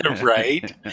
right